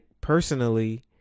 personally